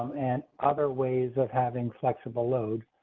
and other ways of having flexible load.